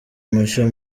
mushya